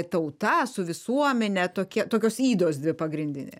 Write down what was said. tauta su visuomene tokia tokios ydos dvi pagrindinės